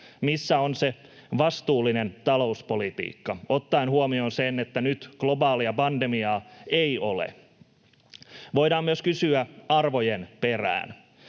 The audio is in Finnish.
Missä on se vastuullinen talouspolitiikka ottaen huomioon sen, että nyt globaalia pandemiaa ei ole? Voidaan myös kysyä arvojen perään.